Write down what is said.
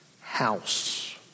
house